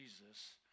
Jesus